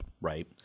right